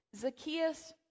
Zacchaeus